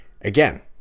Again